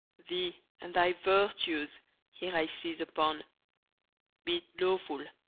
thee and thy virtues here i seize upon be it lawful,